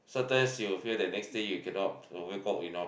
sometimes you will feel the next day you cannot wake up enough